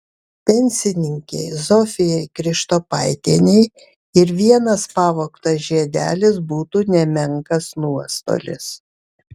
pensininkei zofijai krištopaitienei ir vienas pavogtas žiedelis būtų nemenkas nuostolis